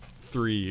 Three